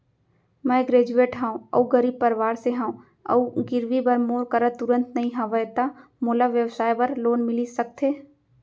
मैं ग्रेजुएट हव अऊ गरीब परवार से हव अऊ गिरवी बर मोर करा तुरंत नहीं हवय त मोला व्यवसाय बर लोन मिलिस सकथे?